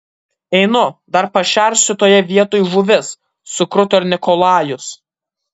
einu dar pašersiu toje vietoj žuvis sukruto ir nikolajus